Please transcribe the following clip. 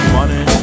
money